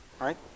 right